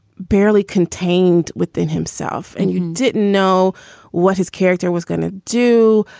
barely contained within himself and you didn't know what his character was going to do,